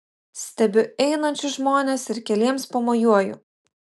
stebiu einančius žmones ir keliems pamojuoju